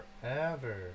forever